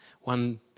one